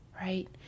right